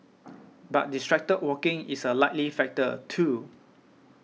but distracted walking is a likely factor too